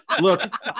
Look